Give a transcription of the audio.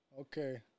okay